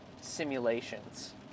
simulations